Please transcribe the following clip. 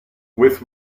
with